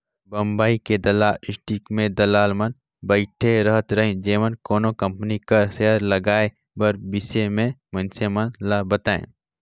बंबई के दलाल स्टीक में दलाल मन बइठे रहत रहिन जेमन कोनो कंपनी कर सेयर लगाए कर बिसे में मइनसे मन ल बतांए